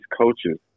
coaches